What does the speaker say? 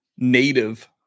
Native